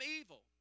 evil